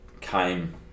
came